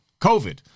COVID